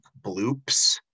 bloops